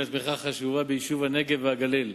אלא תמיכה חשובה ביישוב הנגב והגליל.